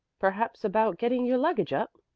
perhaps, about getting your luggage up?